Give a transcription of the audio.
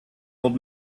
old